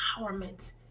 empowerment